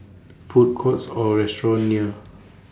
Food Courts Or restaurants near